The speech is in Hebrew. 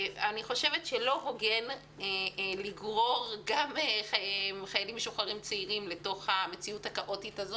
לא הוגן לגרור גם חיילים משוחררים צעירים אל תוך המציאות הכאוטית הזאת